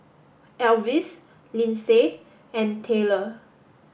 Elvis Lynsey and Tayler